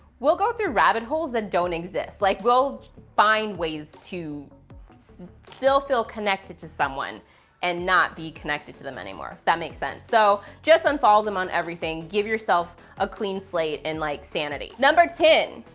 we'll go through rabbit holes that don't exist. like we'll find ways to still feel connected to someone and not be connected to them anymore. if that makes sense. so unfollow them on everything. give yourself a clean slate and like sanity. number ten.